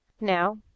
Now